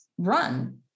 run